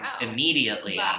immediately